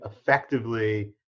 effectively